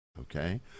Okay